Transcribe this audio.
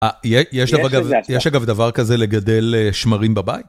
יש אגב דבר כזה לגדל שמרים בבית?